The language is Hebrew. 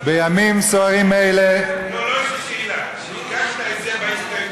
יש לי שאלה: כשהגשת את זה בהסתייגות,